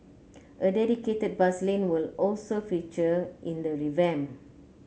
a dedicated bus lane will also feature in the revamp